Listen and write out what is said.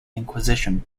inquisition